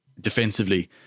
defensively